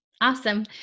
Awesome